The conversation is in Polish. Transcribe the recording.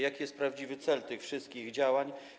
Jaki jest prawdziwy cel tych wszystkich działań?